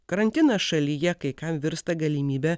karantinas šalyje kai kam virsta galimybe